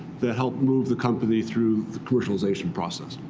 that help move the company through the commercialization process.